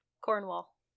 Cornwall